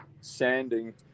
sanding